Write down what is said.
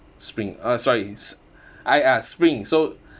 spring oh sorry it's I ah spring so